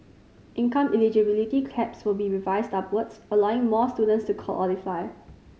income eligibility caps will be revised upwards allowing more students to qualify